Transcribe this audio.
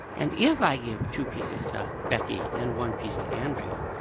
and if i give two pieces to becky and one piece to andrea,